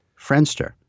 Friendster